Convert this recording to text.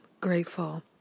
grateful